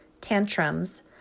tantrums